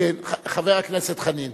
בבקשה, חבר הכנסת חנין.